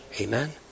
amen